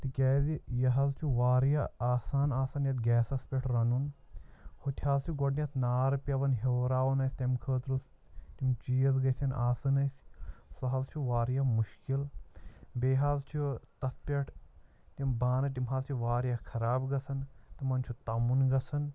تِکیٛازِ یہِ حظ چھُ واریاہ آسان آسان یَتھ گیسَس پٮ۪ٹھ رَنُن ہُتہِ حظ چھِ گۄڈٕنٮ۪تھ نار پٮ۪وان ہِوراوُن اَسہِ تَمہِ خٲطرٕ تِم چیٖز گژھن آسان اَسہِ سُہ حظ چھُ واریاہ مُشکِل بیٚیہِ حظ چھُ تَتھ پٮ۪ٹھ تِم بانہٕ تِم حظ چھِ واریاہ خراب گژھان تِمَن چھُ تَمُن گژھان